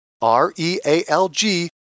R-E-A-L-G